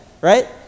right